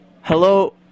Hello